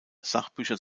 sachbücher